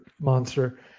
monster